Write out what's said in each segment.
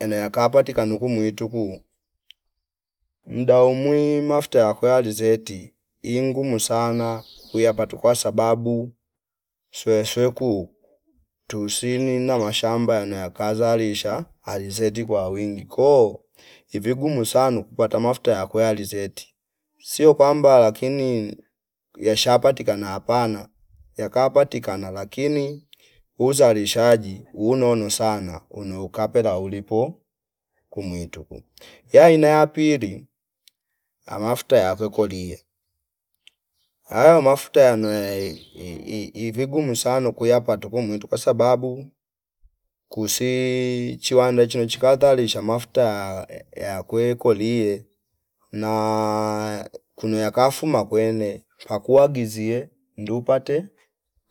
ano yaka patika kanuku mwituku mbao mwi mafuta yakwo alizeti ingumu sana kuyapatu kwasababu swesweku tusi nina na mashamba yano yakazalisha alizeti kwa wingi koo ivigumu sanu kupata mafuta yakwe alizeti sio kwamba lakini yashapatika hapana yakapatikana lakini uzalishaji unono sana uno ukapela ulip kumwituku yaina ya pili amafuta yapwe kolie, ayo mafuta yano yai ii- iivigumu sano kuyapata kwa mwitu kwa sababu kusi chiwanda hicho nicho likatalisha mafuta ya- ya- yakwe kolie naa kuno yakafuma kwene pakuagizie ndu upate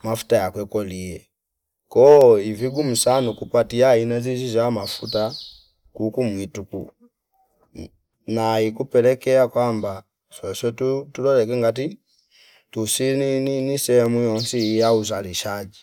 mafuta yakwe kolie ko ivigumu sano kupatia ino zizishi zshama mafuta kuuku muituku na ikupelekea kwamba swoswo tu tulo yono ngingati tusini ni- ni- nisehemu yosi ya uzalishaji